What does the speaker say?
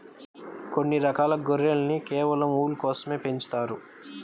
కొన్ని రకాల గొర్రెలను కేవలం ఊలు కోసమే పెంచుతారు